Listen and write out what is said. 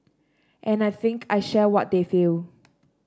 and I think I share what they feel